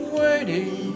waiting